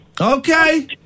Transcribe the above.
Okay